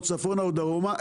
צפונה או דרומה,